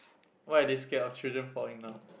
why are they scared of children falling down